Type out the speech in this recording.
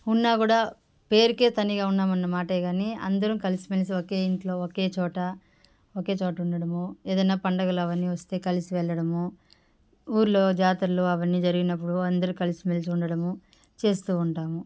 ఉన్నా కూడా పేరుకే తనీగా ఉన్నామన్న మాటే కానీ అందరం కలిసిమెలిసి ఓకే ఇంట్లో ఓకే చోట ఒకే చోట ఉండడము ఏదన్న పండగలు అవన్నీ వస్తే కలిసి వెళ్లడము ఊర్లో జాతర్లు అవన్నీ జరిగినప్పుడు అందరూ కలిసిమెలిసి ఉండడము చేస్తూ ఉంటాము